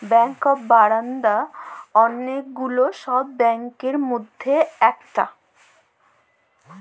bank of Baroda ওলেক গুলা সব ব্যাংকের মধ্যে ইকটা